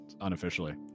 unofficially